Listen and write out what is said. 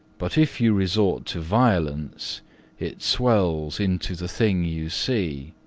but if you resort to violence it swells into the thing you see.